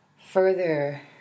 further